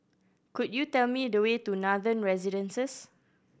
could you tell me the way to Nathan Residences